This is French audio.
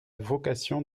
vocation